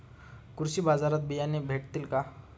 कृषी बाजारात बियाणे भेटतील का?